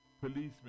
policemen